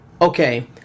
Okay